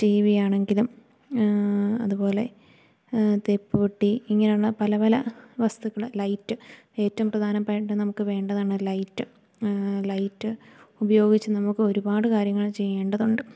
ടീവിയാണങ്കിലും അതുപോലെ തേപ്പ് പെട്ടി ഇങ്ങനെ ഉള്ള പല പല വസ്തുക്കള് ലൈറ്റ് ഏറ്റവും പ്രധാനപ്പട്ട നമുക്ക് വേണ്ടതാണ് ലൈറ്റ് ലൈറ്റ് ഉപയോഗിച്ച് നമുക്കൊരുപാട് കാര്യങ്ങള് ചെയ്യേണ്ടതുണ്ട്